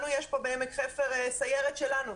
לנו יש פה בעמק חפר סיירת שלנו,